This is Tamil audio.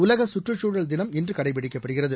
உலக சுற்றுச்சூழல் தினம் இன்று கடைப்பிடிக்கப்படுகிறது